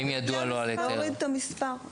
לא רואים את המספר.